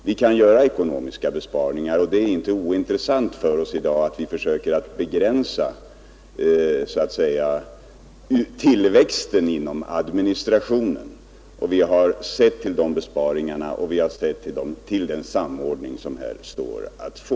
Vi kan göra ekonomiska besparingar, och det är inte ointressant för oss att så att säga försöka begränsa tillväxten inom administrationen. Vi har sett till de besparingarna, och vi har sett till den samordning som här stå att få.